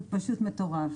זה פשוט מטורף.